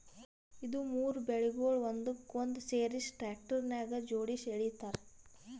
ಇದು ಮೂರು ಬೇಲ್ಗೊಳ್ ಒಂದಕ್ಕೊಂದು ಸೇರಿಸಿ ಟ್ರ್ಯಾಕ್ಟರ್ಗ ಜೋಡುಸಿ ಎಳಿತಾರ್